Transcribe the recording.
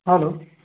hello